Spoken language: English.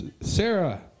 Sarah